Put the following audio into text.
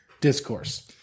Discourse